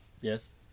Yes